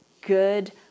good